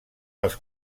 als